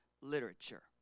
literature